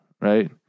right